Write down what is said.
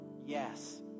yes